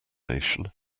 nation